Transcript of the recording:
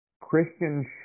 Christians